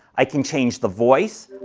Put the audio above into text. i can change the voice.